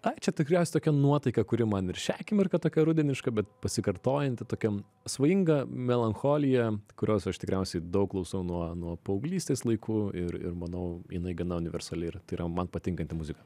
ai čia tikriausiai tokia nuotaika kuri man ir šią akimirką tokia rudeniška bet pasikartojanti tokiam svajinga melancholija kurios aš tikriausiai daug klausau nuo nuo paauglystės laikų ir ir manau jinai gana universali ir tai yra man patinkanti muzika